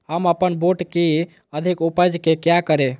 हम अपन बूट की अधिक उपज के क्या करे?